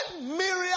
Miriam